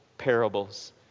parables